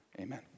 amen